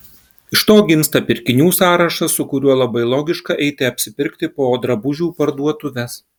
iš to gimsta pirkinių sąrašas su kuriuo labai logiška eiti apsipirkti po drabužių parduotuves